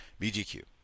bgq